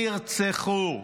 נרצחו.